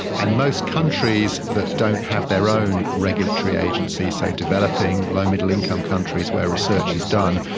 and most countries that don't have their own regulatory agencies, so developing, low middle income countries where research is done,